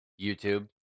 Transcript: YouTube